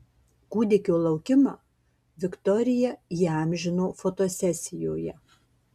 kūdikio laukimą viktorija įamžino fotosesijoje